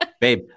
Babe